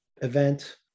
event